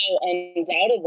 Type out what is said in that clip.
Undoubtedly